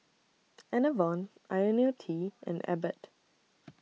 Enervon Ionil T and Abbott